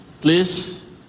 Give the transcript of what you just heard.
please